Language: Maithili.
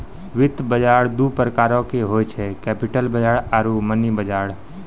वित्त बजार दु प्रकारो के होय छै, कैपिटल बजार आरु मनी बजार